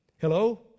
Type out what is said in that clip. Hello